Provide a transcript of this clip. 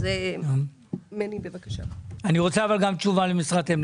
אני רוצה תשובה לגבי משרת אם.